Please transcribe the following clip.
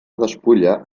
despulla